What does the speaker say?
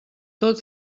tot